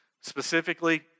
Specifically